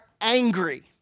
angry